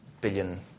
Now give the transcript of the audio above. billion